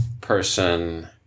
person